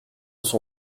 son